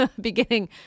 Beginning